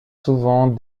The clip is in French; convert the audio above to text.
souvent